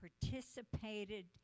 participated